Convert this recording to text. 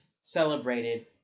celebrated